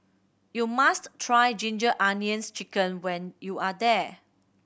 you must try Ginger Onions Chicken when you are here